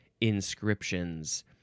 inscriptions